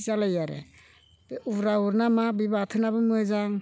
बिदि जालायो आरो बे उराऊद ना मा बे बाथोनाबो मोजां